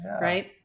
right